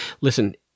listen